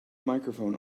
microphone